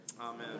amen